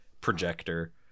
projector